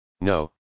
No